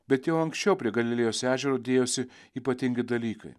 bet jau anksčiau prie galilėjos ežero dėjosi ypatingi dalykai